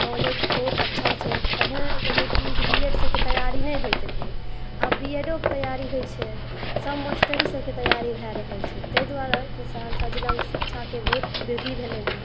college बहुत अच्छा छै पहिने रहै की जे बीएड सबकेँ तैयारी नहि होइत रहै आब बीएडो के तैयारी होइ छै सब मास्टरी सबकेँ तैयारी भए रहल छै तै दुआरे की सहरसा जिला मे शिक्षा के बहुत वृद्धि भेलैहँ